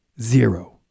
zero